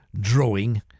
drawing